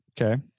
Okay